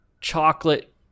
chocolate